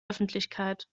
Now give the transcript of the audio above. öffentlichkeit